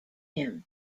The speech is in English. him